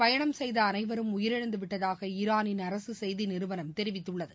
பயணம் இதில் செய்தஅனைவரும் உயிரிழந்துவிட்டதாகஈரானின் அரசுசெய்திநிறுவனம் தெரிவித்துள்ளது